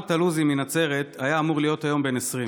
אחרון הדוברים בנאומים בני דקה.